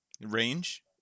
Range